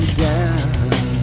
down